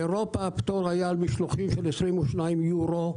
באירופה הפטור היה על משלוחים של כ-22 יורו,